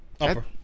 Upper